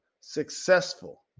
successful